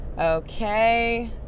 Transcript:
Okay